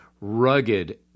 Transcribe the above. rugged